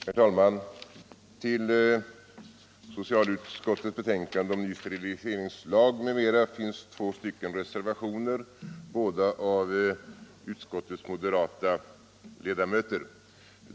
Herr talman! Till socialutskottets betänkande om ny steriliseringslag m.m. finns två reservationer, båda av utskottets moderata ledamöter.